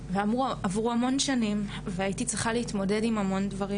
עברו המון שנים והייתי צריכה להתמודד עם המון דברים